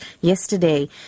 yesterday